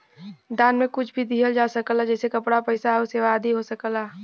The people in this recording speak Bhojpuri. दान में कुछ भी दिहल जा सकला जइसे कपड़ा, पइसा आउर सेवा आदि हो सकला